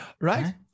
Right